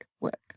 work